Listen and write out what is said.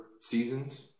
seasons